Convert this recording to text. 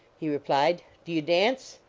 he re plied, do you dance?